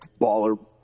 baller